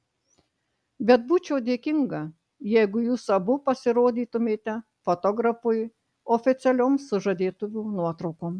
bet būčiau dėkinga jeigu jūs abu pasirodytumėte fotografui oficialioms sužadėtuvių nuotraukoms